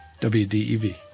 WDEV